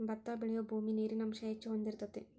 ಬತ್ತಾ ಬೆಳಿಯುಬೂಮಿ ನೇರಿನ ಅಂಶಾ ಹೆಚ್ಚ ಹೊಳದಿರತೆತಿ